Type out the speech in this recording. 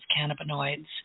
cannabinoids